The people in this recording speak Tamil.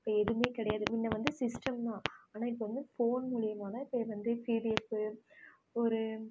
இப்போ எதுவுமே கிடையாது முன்ன வந்து சிஸ்டம் தான் ஆனால் இப்போ வந்து ஃபோன் மூலிமா தான் இப்போ வந்து பிடிஎஃப்வு ஒரு